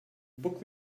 book